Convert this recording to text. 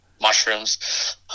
mushrooms